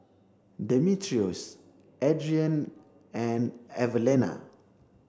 Demetrios Adrienne and Evelena